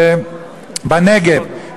בנגב,